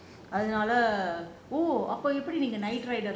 அதுனால அப்போ எப்படி நீங்க:athunaala appo epdi neenga night rider